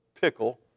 pickle